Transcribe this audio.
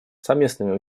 совместными